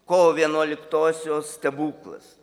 kovo vienuoliktosios stebuklas